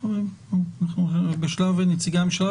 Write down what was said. אנחנו בשלב נציגי הממשלה,